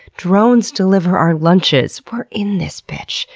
drones deliver our lunches, we're in this bitch.